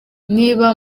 niba